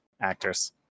actors